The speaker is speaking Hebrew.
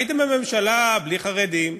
הייתם בממשלה בלי חרדים.